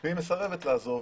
היא מסרבת לעזוב,